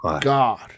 God